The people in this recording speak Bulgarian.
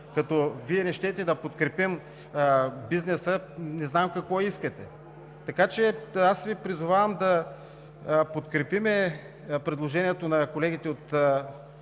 като Вие не искате да подкрепим бизнеса? Не знам какво искате! Аз Ви призовавам да подкрепим предложението на колегите от